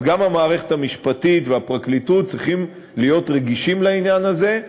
אז גם במערכת המשפטית ובפרקליטות צריכים להיות רגישים לעניין הזה.